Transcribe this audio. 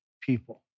people